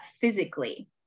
physically